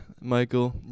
Michael